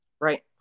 Right